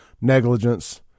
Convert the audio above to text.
negligence